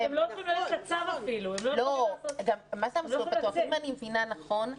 אם אני מבינה נכון,